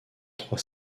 trois